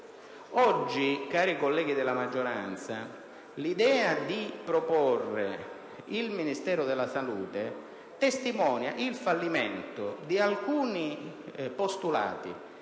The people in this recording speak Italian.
Onorevoli colleghi della maggioranza, l'idea di proporre il Ministero della salute testimonia il fallimento di alcuni postulati